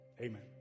Amen